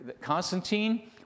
Constantine